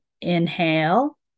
inhale